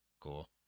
Cool